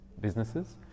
businesses